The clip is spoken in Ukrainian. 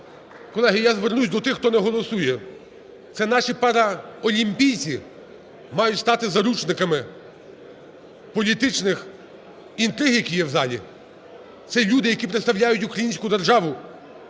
Колеги, я звернусь до тих, хто не голосує. Це наші паралімпійці мають стати заручниками політичних інтриг, які є в залі? Це люди, які представляють українську державу?